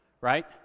right